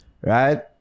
right